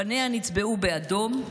פניה נצבעו באדום,